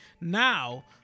Now